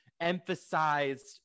emphasized